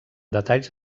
detalls